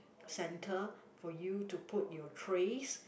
center for you to put your trays